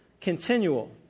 Continual